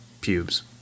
pubes